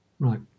Right